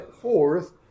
fourth